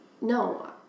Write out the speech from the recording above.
No